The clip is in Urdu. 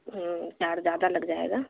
ہاں چارج زیادہ لگ جائے گا